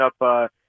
up –